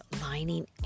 lining